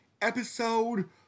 episode